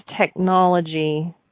technology